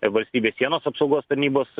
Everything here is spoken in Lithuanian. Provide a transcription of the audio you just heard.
valstybės sienos apsaugos tarnybos